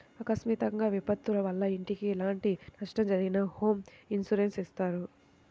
అకస్మాత్తుగా విపత్తుల వల్ల ఇంటికి ఎలాంటి నష్టం జరిగినా హోమ్ ఇన్సూరెన్స్ ఇత్తారు